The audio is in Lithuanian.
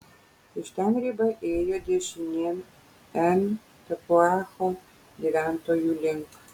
iš ten riba ėjo dešinėn en tapuacho gyventojų link